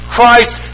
Christ